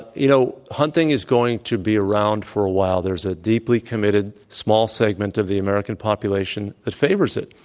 you know, hunting is going to be around for a while. there's a deeply committed small segment of the american population that favors it,